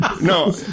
no